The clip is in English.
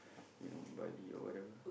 you know Bali or whatever